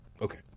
Okay